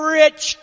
rich